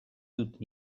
dut